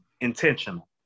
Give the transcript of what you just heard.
intentional